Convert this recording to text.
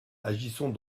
agissons